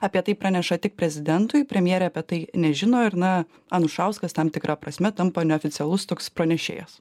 apie tai praneša tik prezidentui premjerė apie tai nežino ir na anušauskas tam tikra prasme tampa neoficialus toks pranešėjas